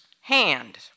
hand